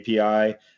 API